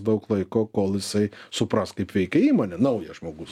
daug laiko kol jisai supras kaip veikia įmonė naujas žmogus